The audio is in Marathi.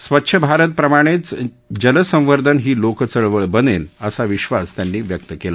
स्वच्छ भारत प्रमाणछ्छल संवर्धन ही लोकचळवळ बनल्तिअसा विश्वास त्यांनी व्यक्त कल्ला